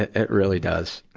it, it really does.